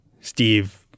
Steve